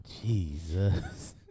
Jesus